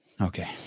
okay